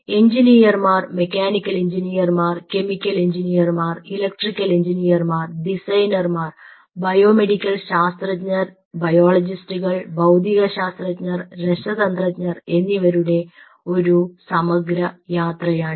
എഞ്ചിനീയർമാർ മെക്കാനിക്കൽ എഞ്ചിനീയർമാർ കെമിക്കൽ എഞ്ചിനീയർമാർ ഇലക്ട്രിക്കൽ എഞ്ചിനീയർമാർ ഡിസൈനർമാർ ബയോമെഡിക്കൽ ശാസ്ത്രജ്ഞർ ബയോളജിസ്റ്റുകൾ ഭൌതികശാസ്ത്രജ്ഞർ രസതന്ത്രജ്ഞർ എന്നിവരുടെ ഒരു സമഗ്ര യാത്രയാണിത്